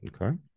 Okay